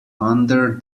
under